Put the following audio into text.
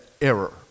error